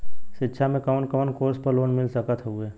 शिक्षा मे कवन कवन कोर्स पर लोन मिल सकत हउवे?